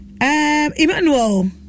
Emmanuel